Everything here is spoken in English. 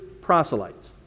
proselytes